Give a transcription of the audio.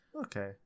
Okay